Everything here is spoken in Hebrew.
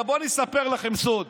בואו ואספר לכם סוד: